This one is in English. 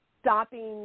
stopping